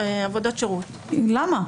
למה?